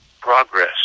progress